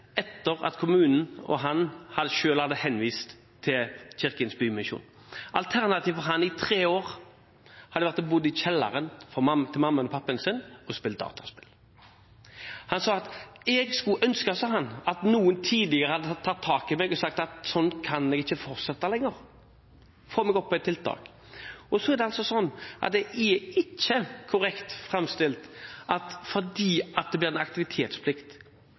etter at kommunen hadde henvist ham til Kirkens Bymisjon. Alternativet hans hadde i tre år vært å bo i kjelleren hos mammaen og pappaen sin og spille dataspill. Han sa: Jeg skulle ønske at noen tidligere hadde tatt tak i meg, sagt at sånn kunne jeg ikke fortsette lenger, og fått meg over på et tiltak. Det er ikke korrekt framstilt at fordi det blir en aktivitetsplikt,